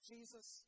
Jesus